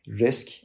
risk